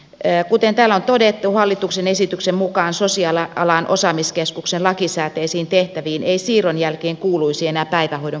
kuten täällä on todettu hallituksen esityksen mukaan sosiaalialan osaamiskeskuksen lakisääteisiin tehtäviin ei siirron jälkeen kuuluisi enää päivähoidon kehittäminen